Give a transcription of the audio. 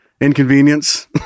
inconvenience